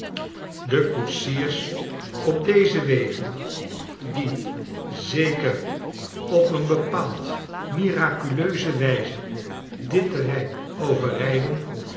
de koetsiers op deze wegen die zeker op een bepaald miraculeuze wijze dit terrein overriden